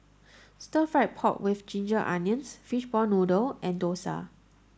stir fried pork with ginger onions fishball noodle and Dosa